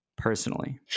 Personally